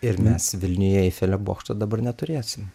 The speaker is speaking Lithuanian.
ir mes vilniuje eifelio bokšto dabar neturėsim